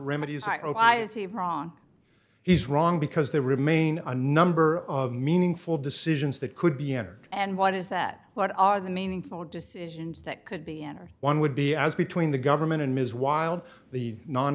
he wrong he's wrong because they remain a number of meaningful decisions that could be entered and what is that what are the meaningful decisions that could be entered one would be as between the government and ms while the non